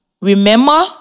Remember